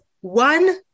one